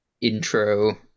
intro